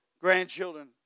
grandchildren